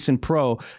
pro